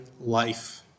life